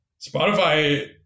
Spotify